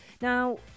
Now